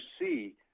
see